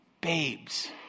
babes